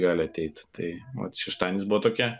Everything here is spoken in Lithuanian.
gali ateit tai vat šeštadienis buvo tokia